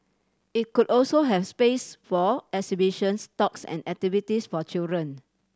it could also have space for exhibitions talks and activities for children